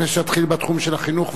לפני שתתחיל בתחום של החינוך,